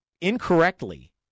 incorrectly